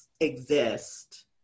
exist